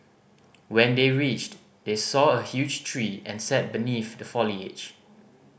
when they reached they saw a huge tree and sat beneath the foliage